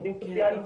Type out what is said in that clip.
עובדים סוציאליים,